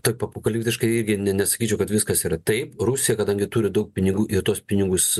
taip apokaliptiškai irgi ne nesakyčiau kad viskas yra taip rusija kadangi turi daug pinigų ir tuos pinigus